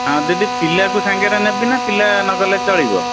ହାଁ ଦିଦି ପିଲାକୁ ସାଙ୍ଗରେ ନେବି ନା ପିଲା ନ ଗଲେ ଚଳିବ